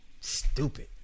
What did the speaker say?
stupid